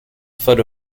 foot